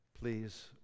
Please